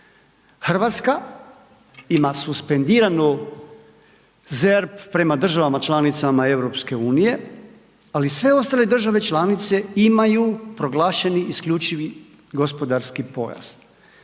Hrvatska ima suspendiranu ZERP prema državama članicama EU, ali sve ostale države članice imaju proglašeni isključivi gospodarski pojas.